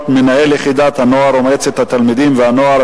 (מנהל יחידת הנוער ומועצת תלמידים ונוער),